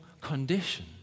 condition